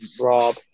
Rob